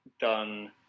done